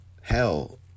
hell